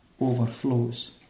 overflows